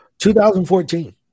2014